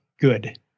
good